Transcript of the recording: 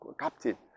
captain